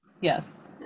Yes